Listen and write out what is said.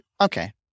Okay